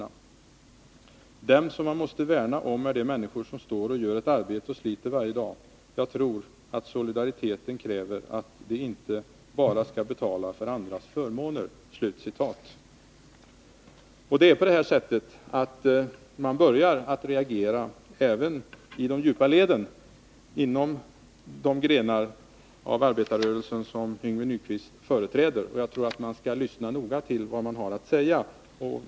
Dem som man måste värna om är de människor som står och gör ett arbete och sliter varje dag! Jag tror att solidariteten kräver att de inte bara ska betala för andras förmåner.” Man börjar reagera även i djupa leden inom de grenar av arbetarrörelsen som Yngve Nyquist företräder. Jag tror man skall lyssna noga till vad de har att säga.